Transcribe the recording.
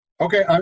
Okay